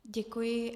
Děkuji.